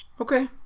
okay